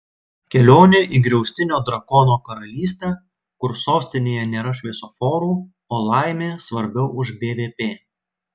kelionė į griaustinio drakono karalystę kur sostinėje nėra šviesoforų o laimė svarbiau už bvp